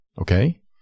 Okay